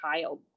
child